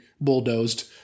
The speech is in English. bulldozed